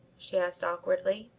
she asked awkwardly.